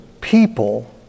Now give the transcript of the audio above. people